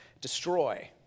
destroy